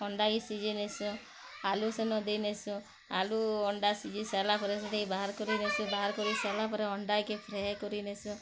ଅଣ୍ଡା ସିଝେଇ ନେସୁଁ ଆଲୁ ସେନ ଦେଇନେସୁଁ ଆଲୁ ଅଣ୍ଡା ସିଝେଇ ସାରିଲା ପରେ ସେଟାକେ ବାହାର୍ କରିନେସୁଁ ବାହାର୍ କରି ସାର୍ଲା ପରେ ଅଣ୍ଡାକେ ଫ୍ରାଏ କରିନେସୁଁ